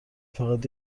فقط